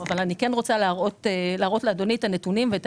אבל אני רוצה להראות לאדוני את הנתונים ואת